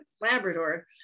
Labrador